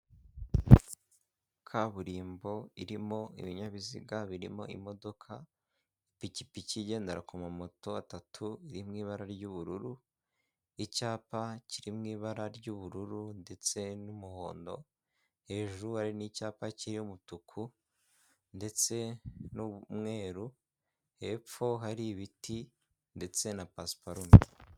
Kaburimbo irimo ibinyabiziga birimo imodoka, ipikipiki igendera ku mamoto atatu iri mu ibara ry'ubururu, icyapa kiri mu ibara ry'ubururu ndetse n'umuhondo, hejuru hari n'icyapa kiriho umutuku ndetse n'umweru, hepfo hari ibiti ndetse na pasiparume.